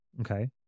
Okay